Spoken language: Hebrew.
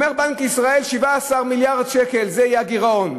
אומר בנק ישראל: 17 מיליארד שקל, זה יהיה הגירעון.